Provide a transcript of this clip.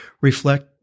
reflect